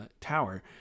tower